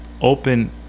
open